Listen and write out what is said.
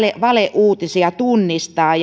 valeuutisia tunnistaa